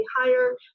higher